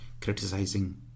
criticizing